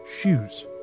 shoes